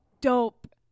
Dope